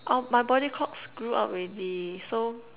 our~ my body clock screw up already so